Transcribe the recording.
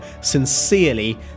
sincerely